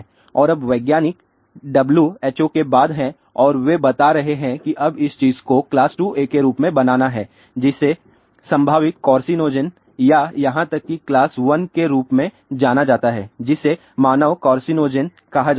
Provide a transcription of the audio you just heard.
और अब वैज्ञानिक WHO के बाद हैं और वे बता रहे हैं कि अब इस चीज को क्लास 2A के रूप में बनाना है जिसे संभावित कार्सिनोजेन या यहां तक कि क्लास 1 के रूप में जाना जाता है जिसे मानव कार्सिनोजेन कहा जाता है